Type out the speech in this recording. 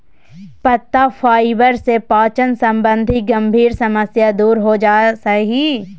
पत्ता फाइबर से पाचन संबंधी गंभीर समस्या दूर हो जा हइ